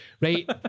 right